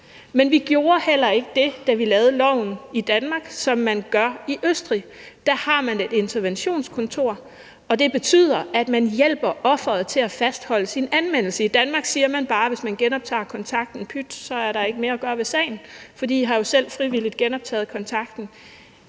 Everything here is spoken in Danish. Danmark, gjorde vi heller ikke det, som man gør i Østrig, hvor man har et interventionskontor, hvilket betyder, at man hjælper offeret til at fastholde sin anmeldelse. I Danmark siger vi bare, at hvis man genoptager kontakten, så er der ikke mere at gøre ved sagen, for de har jo selv frivilligt genoptaget kontakten.